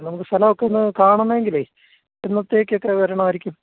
നമുക്ക് സ്ഥലം ഒക്കെ ഒന്ന് കാണണമെങ്കിലേ എന്നത്തേക്ക് ഒക്കെ വരണമായിരിക്കും